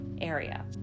area